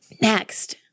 Next